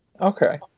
Okay